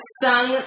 sung